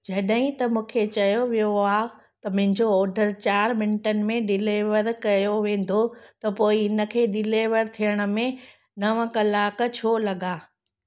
जॾहिं त मूंखे चयो वियो आहे त मुंहिंजो ऑडर चारि मिंटनि में डिलीवर कयो वेंदो त पोइ इनखे डिलीवर थियण में नव कलाक छो लॻा